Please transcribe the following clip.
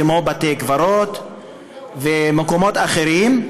כמו בתי קברות ומקומות אחרים,